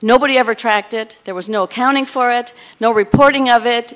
nobody ever tracked it there was no accounting for it no reporting of it